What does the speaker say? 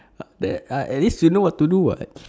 not bad ah at least you know what to do [what]